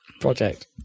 project